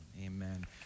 amen